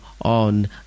on